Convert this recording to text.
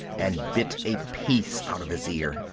and bit a piece out of his ear.